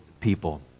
people